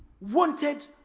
Wanted